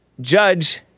judge